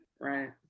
Right